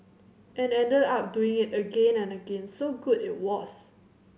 and ended up doing it again and again so good it was